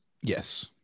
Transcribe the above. Yes